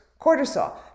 cortisol